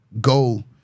go